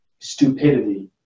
stupidity